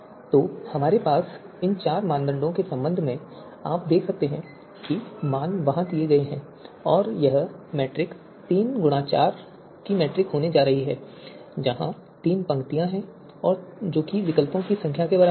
तो हमारे पास इन चार मानदंडों के संबंध में आप देख सकते हैं कि मान वहां दिए गए हैं और यह मैट्रिक्स एक 3x4 मैट्रिक्स होने जा रहा है जहां तीन पंक्तियों की संख्या है जो विकल्पों की संख्या के बराबर है